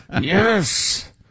yes